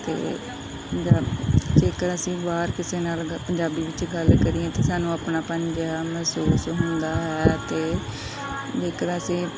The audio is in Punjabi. ਅਤੇ ਜ ਜੇਕਰ ਅਸੀਂ ਬਾਹਰ ਕਿਸੇ ਨਾਲ ਗ ਪੰਜਾਬੀ ਵਿੱਚ ਗੱਲ ਕਰੀਏ ਤਾਂ ਸਾਨੂੰ ਆਪਣਾਪਨ ਜਿਹਾ ਮਹਿਸੂਸ ਹੁੰਦਾ ਹੈ ਅਤੇ ਜੇਕਰ ਅਸੀਂ